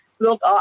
look